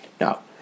Now